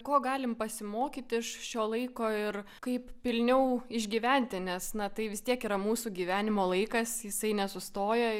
ko galim pasimokyti iš šio laiko ir kaip pilniau išgyventi nes na tai vis tiek yra mūsų gyvenimo laikas jisai nesustoja